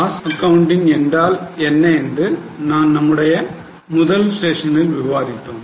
cost accounting என்றால் என்ன என்று நம்முடைய முதல் ஸ்செஷனில் விவாதித்தோம்